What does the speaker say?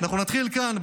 אנחנו נתחיל כאן,